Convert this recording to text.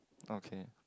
okay